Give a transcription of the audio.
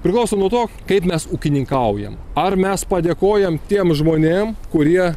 priklauso nuo to kaip mes ūkininkaujam ar mes padėkojam tiem žmonėm kurie